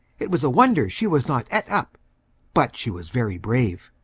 it was a wonder she was not et up but she was very brave.